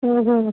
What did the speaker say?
হুম হুম